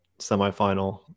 semifinal